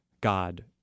God